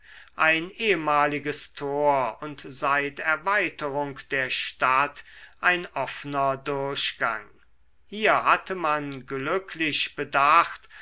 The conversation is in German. ein ehmaliges tor und seit erweiterung der stadt ein offner durchgang hier hatte man glücklich bedacht